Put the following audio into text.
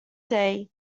day